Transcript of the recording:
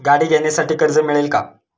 गाडी घेण्यासाठी कर्ज मिळेल का?